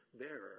Bearer